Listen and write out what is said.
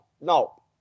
No